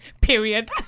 Period